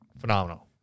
phenomenal